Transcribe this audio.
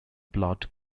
plot